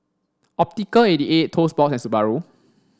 Optical eighty eight Toast Box and Subaru